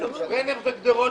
ברנר וגדרות שכנות.